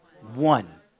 one